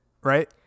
Right